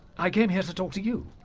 i came here to talk to you.